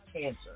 cancer